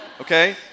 okay